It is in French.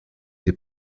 des